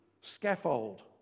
scaffold